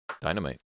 dynamite